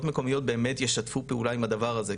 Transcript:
מקומיות באמת ישתפו פעולה עם הדבר הזה.